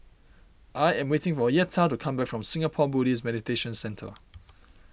I am waiting for Yetta to come back from Singapore Buddhist Meditation Centre